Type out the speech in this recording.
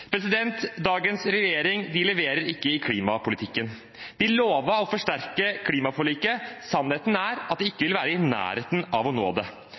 Dagens regjering leverer ikke i klimapolitikken. De lovet å forsterke klimaforliket. Sannheten er at de ikke vil være i nærheten av å nå det.